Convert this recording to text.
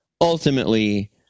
ultimately